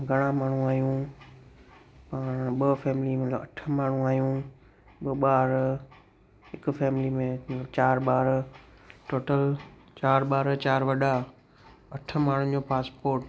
घणा माण्हू आहियूं ॿ फ़ैमिली मतलबु अठ माण्हू आहियूं ॿ ॿार हिक फ़ैमिली में चारि ॿार टोटल चारि ॿार चारि वॾा अठ माण्हुनि जो पासपोट